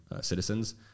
citizens